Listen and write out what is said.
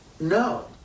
no